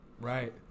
Right